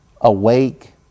Awake